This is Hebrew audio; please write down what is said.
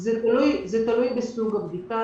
זה תלוי בסוג הבדיקה.